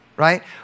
right